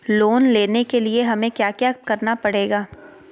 Loan लेने के लिए हमें क्या क्या करना पड़ेगा?